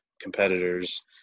competitors